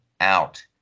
out